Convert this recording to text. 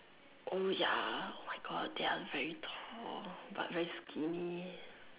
oh ya oh my god they are very tall but very skinny